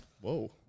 Whoa